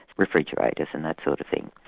refrigerators and that sort of thing.